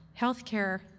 Healthcare